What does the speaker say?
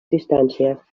distàncies